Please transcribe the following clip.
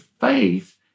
faith